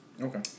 Okay